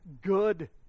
good